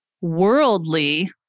worldly